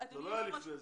זה לא היה לפני כן.